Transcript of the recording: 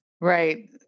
right